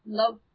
love